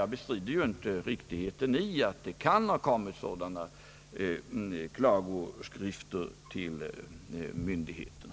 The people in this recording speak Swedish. Jag bestrider dock, som sagt, inte riktigheten av att klagoskrifter kan ha inkommit till arbetsmarknadsmyndigheterna.